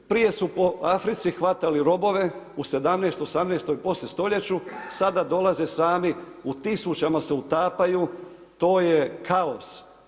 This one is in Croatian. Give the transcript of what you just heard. Prije su po Africi hvatali robove, u 17. i 18. i poslije stoljeću, sada dolaze sami u tisućama se utapaju, to je kaos.